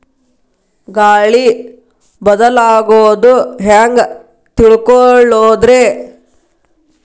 ಗಾಳಿ ಬದಲಾಗೊದು ಹ್ಯಾಂಗ್ ತಿಳ್ಕೋಳೊದ್ರೇ?